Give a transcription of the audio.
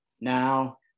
now